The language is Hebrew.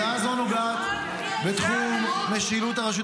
--- הצעה זו נוגעת בתחום משילות הרשות